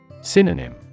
Synonym